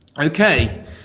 Okay